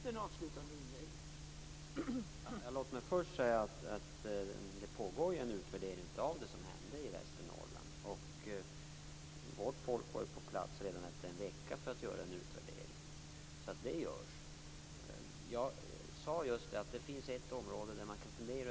Fru talman! Låg mig först säga att det pågår en utvärdering av det som hände i Västernorrland.